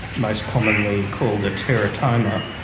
most commonly called a teratoma,